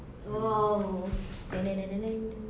oh